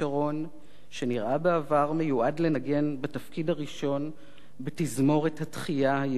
שנראה בעבר מיועד לנגן בתפקיד הראשון בתזמורת התחייה היהודית,